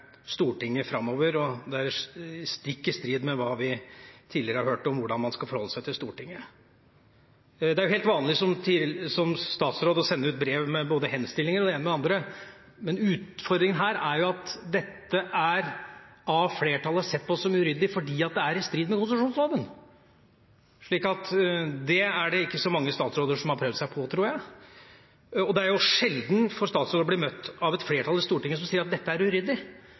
Stortinget framover, og det er stikk i strid med hva vi tidligere har hørt om hvordan man skal forholde seg til Stortinget. Det er jo helt vanlig at statsråder sender ut brev med både henstillinger og det ene og det andre. Men utfordringa her er jo at flertallet ser på dette som uryddig fordi det er i strid konsesjonsloven. Det er det ikke så mange statsråder som har prøvd seg på, tror jeg. Det er jo sjelden statsråder blir møtt av et flertall i Stortinget som sier: Dette er uryddig.